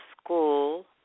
School